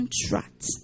contract